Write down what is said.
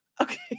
Okay